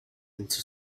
into